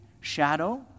shadow